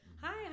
hi